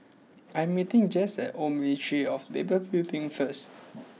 I am meeting Jess at Old Ministry of Labour Building first